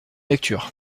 lecture